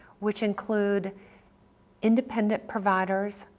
which include independent providers,